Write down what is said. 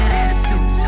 attitude